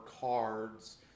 cards